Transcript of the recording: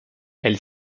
elle